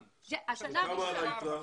וכמה על היתרה?